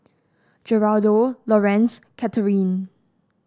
Geraldo Lorenz Katherin